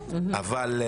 אבל,